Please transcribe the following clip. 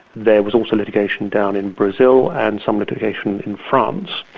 there was also litigation down in brazil, and some litigation in france.